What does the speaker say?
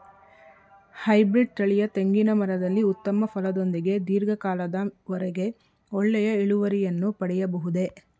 Hybrid ತಳಿಯ ತೆಂಗಿನ ಮರದಲ್ಲಿ ಉತ್ತಮ ಫಲದೊಂದಿಗೆ ಧೀರ್ಘ ಕಾಲದ ವರೆಗೆ ಒಳ್ಳೆಯ ಇಳುವರಿಯನ್ನು ಪಡೆಯಬಹುದೇ?